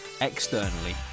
externally